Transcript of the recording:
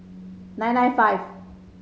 nine nine five